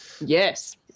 Yes